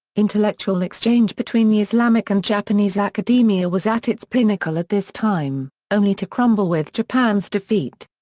intellectual exchange between the islamic and japanese academia was at its pinnacle at this time, only to crumble with japan's defeat.